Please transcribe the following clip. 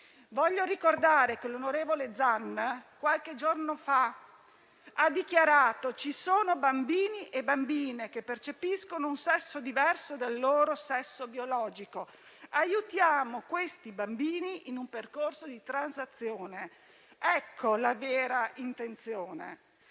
Voglio ricordare che l'onorevole Zan qualche giorno fa ha dichiarato che ci sono bambini e bambine che percepiscono un sesso diverso dal loro sesso biologico e che dobbiamo aiutare questi bambini in un percorso di transizione. Ecco la vera intenzione.